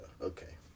Okay